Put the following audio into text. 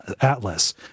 atlas